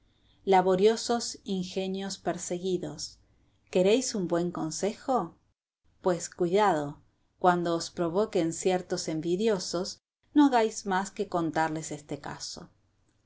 laboriosos ingenios perseguidos queréis un buen consejo pues cuidado cuando os provoquen ciertos envidiosos no hagáis más que contarles este caso